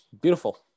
Beautiful